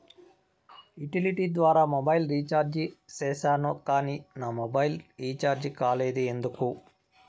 Utility ద్వారా mobile recharge సేసాను కానీ నా మొబైల్ రీచార్జి కాలేదు ఎందుకు?